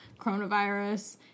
coronavirus